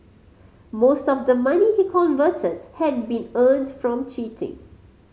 most of the money he converted had been earned from cheating